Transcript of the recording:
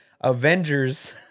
Avengers